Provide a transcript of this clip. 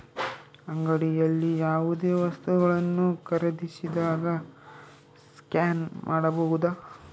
ಅಂಗಡಿಯಲ್ಲಿ ಯಾವುದೇ ವಸ್ತುಗಳನ್ನು ಖರೇದಿಸಿದಾಗ ಸ್ಕ್ಯಾನ್ ಮಾಡಬಹುದಾ?